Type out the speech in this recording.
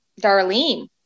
Darlene